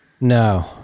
no